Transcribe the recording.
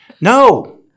No